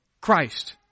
Christ